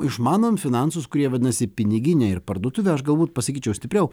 išmanom finansus kurie vadinasi piniginė ir parduotuvė aš galbūt pasakyčiau stipriau